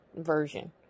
version